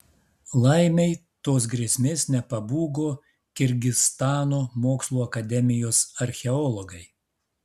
laimei tos grėsmės nepabūgo kirgizstano mokslų akademijos archeologai